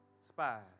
spies